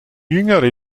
jüngere